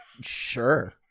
sure